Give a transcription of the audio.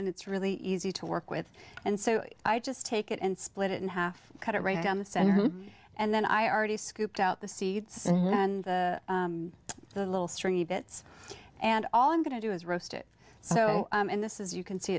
and it's really easy to work with and so i just take it and split it in half cut it right down the center and then i already scooped out the seeds and the little stringy bits and all i'm going to do is roast it so and this is you can see